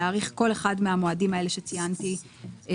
להאריך כל אחד מהמועדים האלה שציינתי עכשיו.